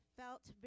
felt